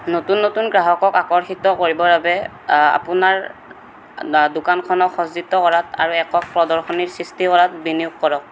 নতুন নতুন গ্ৰাহকক আকৰ্ষিত কৰিবৰ বাবে আপোনাৰ দোকানখনক সজ্জিত কৰাত আৰু একক প্ৰদৰ্শনীৰ সৃষ্টি কৰাত বিনিয়োগ কৰক